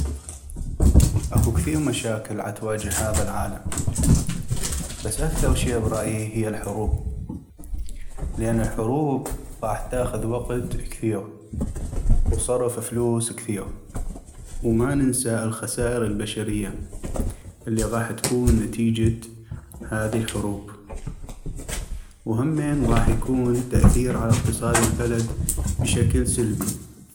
اكو كثيغ مشاكل عتواجه هذا العالم بس اكثغ شي برأيي هي الحروب ، لأن الحروب غاح تاخذ وقت كثيغ وصرف. فلوس كثيغ وما ننسى الخسائر البشرية اللي غاح تكون نتيجة هاذي الحروب ، وهمين غاح يكون تأثير على اقتصاد البلد بشكل سلبي.